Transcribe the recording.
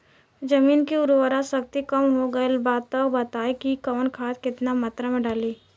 जमीन के उर्वारा शक्ति कम हो गेल बा तऽ बताईं कि कवन खाद केतना मत्रा में डालि?